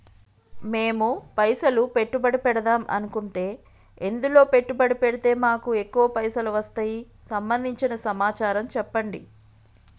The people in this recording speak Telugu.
మేము పైసలు పెట్టుబడి పెడదాం అనుకుంటే ఎందులో పెట్టుబడి పెడితే మాకు ఎక్కువ పైసలు వస్తాయి సంబంధించిన సమాచారం చెప్పండి?